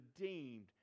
redeemed